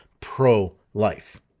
pro-life